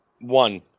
one